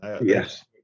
yes